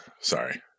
Sorry